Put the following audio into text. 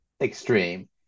Extreme